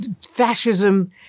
fascism